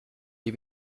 die